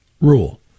rule